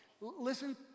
Listen